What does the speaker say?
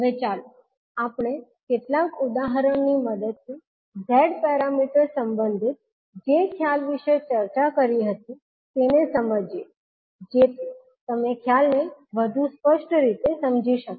હવે ચાલો આપણે કેટલાક ઉદાહરણની મદદથી Z પેરામીટર્સ સંબંધિત જે ખ્યાલ વિશે ચર્ચા કરી હતી તેને સમજીએ જેથી તમે ખ્યાલને વધુ સ્પષ્ટ રીતે સમજી શકો